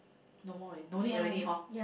no more already no need already hor